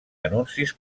anuncis